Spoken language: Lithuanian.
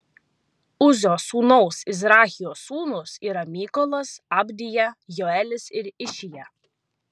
uzio sūnaus izrachijos sūnūs yra mykolas abdija joelis ir išija